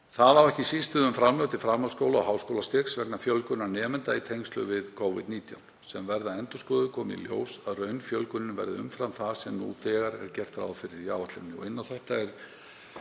Það á ekki síst við um framlög til framhaldsskóla- og háskólastigs vegna fjölgunar nemenda í tengslum við Covid-19 sem verða endurskoðuð komi í ljós að raunfjölgunin verði umfram það sem nú þegar er gert ráð fyrir í áætluninni.